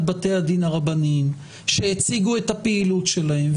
בתי הדין הרבניים שהציגו את הפעילות שלהם,